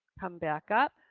come back up,